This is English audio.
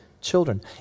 children